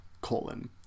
colon